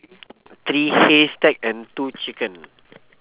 three haystack and two chicken